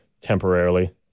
temporarily